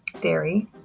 dairy